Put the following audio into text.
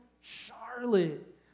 Charlotte